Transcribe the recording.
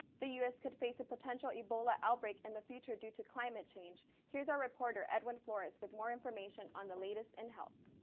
the u s. could face a potential ebola outbreak in and the future due to climate change. here's our reporter edwin flores with more information on the latest in health.